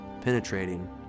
penetrating